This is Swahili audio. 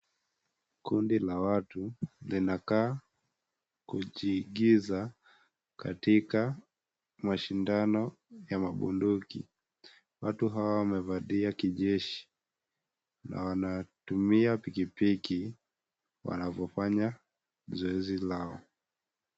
Kundi la watu inakaa kujiigiza katika mashindano ya bunduki. Watu hawa wamevaa kijeshi na wanatumia pikipiki wakifanya zoezi lao.